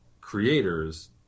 creators